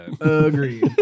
agreed